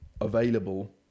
available